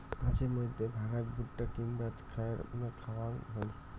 মাঝে মইধ্যে ভ্যাড়াক ভুট্টা কিংবা খ্যার খাওয়াং হই